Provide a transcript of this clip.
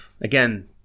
again